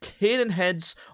Cadenhead's